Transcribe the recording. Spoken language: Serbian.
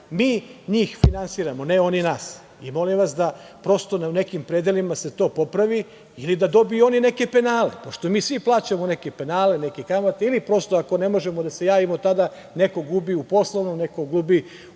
mi njih finansiramo, ne oni nas. Molim vas, prosto u nekim predelima da se to popravi ili da dobiju oni neke penale. Pošto mi svi plaćamo neke penale, neke kamate ili prosto ako ne možemo da se javimo tada, neko gubi poslovno, neko gubi u nekom